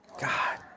God